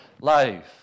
life